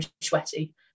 sweaty